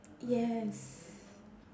yes